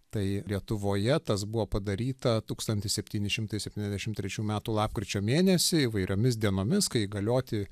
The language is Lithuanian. tai lietuvoje tas buvo padaryta tūkstantis septyni šimtai septyniasdešimt trečių metų lapkričio mėnesį įvairiomis dienomis kai įgalioti